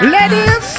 Ladies